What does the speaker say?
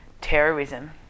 terrorism